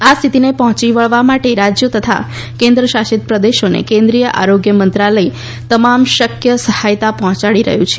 આ સ્થિતિને પહોંચી વળવા માટે રાજ્યો તથા કેન્દ્રશાસિત પ્રદેશોને કેન્દ્રીય આરોગ્ય મંત્રાલય તમામ શક્ય સહાયતા પહોંચાડી રહ્યું છે